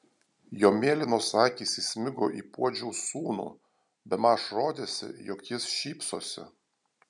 jo mėlynos akys įsmigo į puodžiaus sūnų bemaž rodėsi jog jis šypsosi